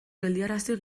geldiarazi